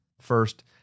First